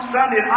Sunday